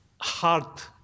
heart